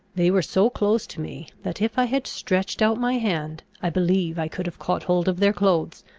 they were so close to me that, if i had stretched out my hand, i believe i could have caught hold of their clothes,